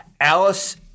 Alice